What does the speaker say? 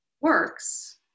works